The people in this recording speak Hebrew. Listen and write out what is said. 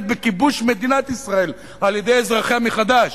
בכיבוש מדינת ישראל על-ידי אזרחיה מחדש